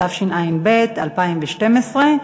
התשע"ב 2012,